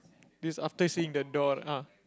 this after seeing the door ah